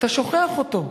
אתה שוכח אותו.